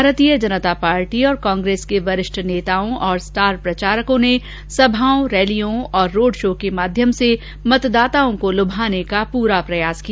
भारतीय जनता पार्टी और कांग्रेस के वरिष्ठ नेताओं और स्टार प्रचारकों ने सभाओं रैलियों और रोड़ शो के माध्यम से मतदाताओं को लुभाने का पूरा प्रयास किया